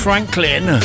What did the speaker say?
Franklin